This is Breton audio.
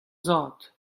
zad